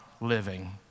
living